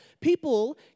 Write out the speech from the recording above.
people